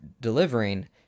delivering